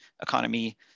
economy